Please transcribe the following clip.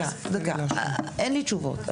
אין לי תשובות.